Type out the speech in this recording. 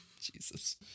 Jesus